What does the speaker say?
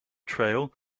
trail